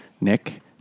Nick